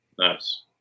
Nice